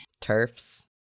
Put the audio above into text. Turfs